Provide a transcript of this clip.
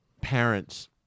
parents